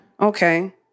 Okay